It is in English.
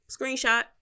Screenshot